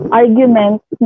arguments